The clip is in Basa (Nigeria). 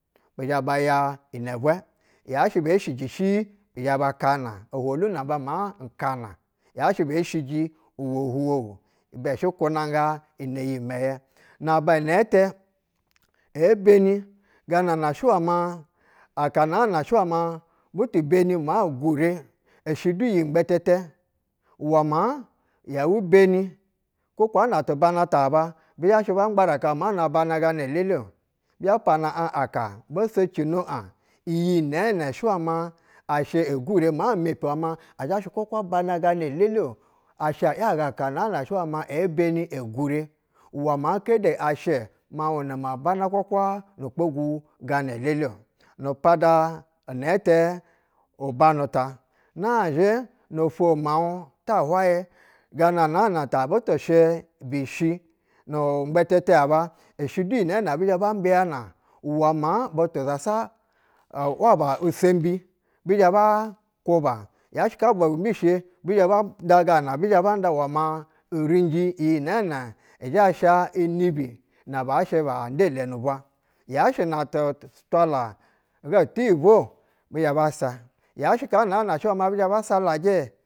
Bizhɛ baya inɛ bwɛ, ya shɛ be saija bi zhɛ ba kana, ohwolu namba maa kana yashɛ be shiji uwɛ huwowu ibɛ shɛ kunanga iwɛ iyimɛyɛ. Na ba nɛtɛ ebeni ganana shɛ uwɛ ma aka na an shɛ uwɛ ma butu beni ma gure ishɛ du yi nghɛtɛtɛ uwɛ maa yɛu beni kwo kwon a tu bana ta ba bi zhashɛ angbarak kwon a abana gana elele-o, bi zhɛ pana aɧ aka, bo socino aɧ iyi nɛɛnɛ shɛ uwɛ ma ashɛ egure maa emepi uwɛ mo azha shɛ kwakwa bana gana elele-o. Ashɛ a yaga aka naa na shɛ wɛ ma ebeni, egure uwɛ maa kede ashɛ miauh na ma bana kwakwa nu kpgu gana lele-o, nu pada inɛtɛ ubanu ta. Nazhɛ nofwo miauɧ ta hwayɛ, gana na na ta buta shɛ bi shi nu iɧghɛtɛtɛ aba ishɛ iyi nɛɛnɛ ɛzhɛ ba mbiyana uwɛ maa zasa ɛ u waba usembi bizhɛ zhɛ ba nda gana abi ba nɛa uwɛ ina irinji iyi nɛɛnɛ zhɛ sha unibi naba ɛhɛ banda ule ni bɛ. Yashe natu-twala uga tiyibwo bizhɛ natu-twala uga tiyibwo bizhɛ ba sa. Ya shɛ una na shɛ ma bi zhɛ ba salajɛ ɛ.